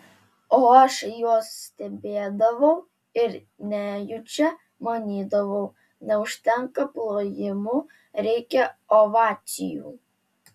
o aš juos stebėdavau ir nejučia manydavau neužtenka plojimų reikia ovacijų